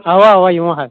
اوا اوا یِمو حظ